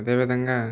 అదే విధంగా